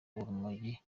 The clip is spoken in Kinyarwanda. urumogi